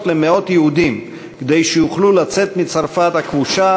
למאות יהודים כדי שיוכלו לצאת מצרפת הכבושה,